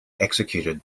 executed